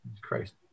Christ